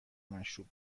مشروب